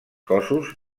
cossos